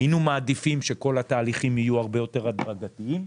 היינו מעדיפים שכל התהליכים יהיו הרבה יותר הדרגתיים,